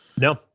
No